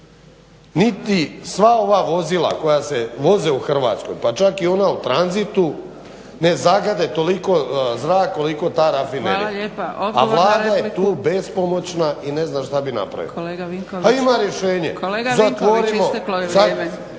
Niti sva ova vozila koja se voze u Hrvatskoj, pa čak i ona u tranzitu ne zagade toliko zrak koliko ta rafinerija. …/Upadica Zgrebec: Hvala lijepa./… A Vlada je